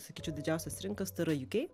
sakyčiau didžiausias rinkas tai yra uk